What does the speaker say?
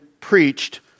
preached